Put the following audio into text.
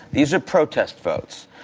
these are protest votes.